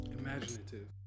imaginative